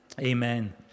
Amen